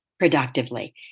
Productively